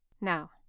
Now